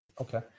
Okay